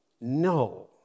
No